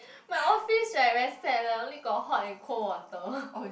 my office right very sad leh only got hot and cold water